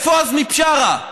איפה עזמי בשארה?